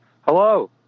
Hello